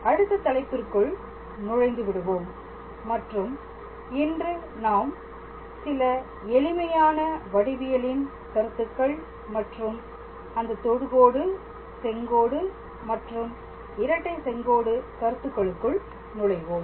அடுத்த தலைப்பிற்குள் நுழைந்து விடுவோம் மற்றும் இன்று நாம் சில எளிமையான வடிவியலின் கருத்துக்கள் மற்றும் அந்த தொடுகோடு செங்கோடு மற்றும் இரட்டை செங்கோடு கருத்துக்களுக்குள் நுழைவோம்